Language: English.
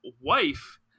wife